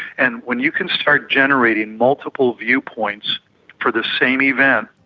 and when you can start generating multiple viewpoints for the same event,